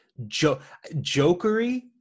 jokery